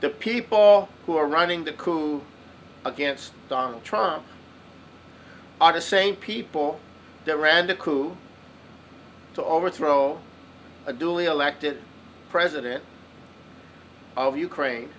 the people who are running the coup against donald trump ata same people that ran the coup to overthrow a duly elected president of ukraine